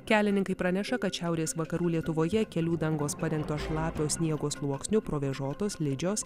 kelininkai praneša kad šiaurės vakarų lietuvoje kelių dangos padengtos šlapio sniego sluoksniu provėžotos slidžios